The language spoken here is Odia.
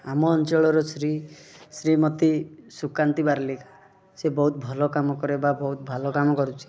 ଆମ ଅଞ୍ଚଳର ଶ୍ରୀ ଶ୍ରୀମତି ସୁକାନ୍ତି ବାର୍ଲିକ୍ ସିଏ ବହୁତ ଭଲ କାମ କରେ ବା ବହୁତ ଭଲ କାମ କରୁଛି